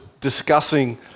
discussing